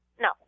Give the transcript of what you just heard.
No